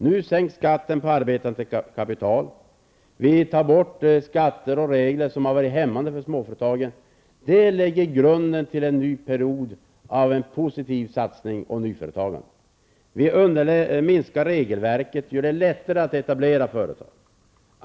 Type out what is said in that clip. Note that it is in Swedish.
Nu sänks skatten på arbetande kapital. Vi tar bort skatter och regler som har varit hämmande för småföretagen. Detta lägger grunden till en ny period av positiv satsning och nyföretagande. Vi minskar regelverket och gör det lättare att etablera företag.